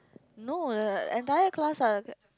no the entire class ah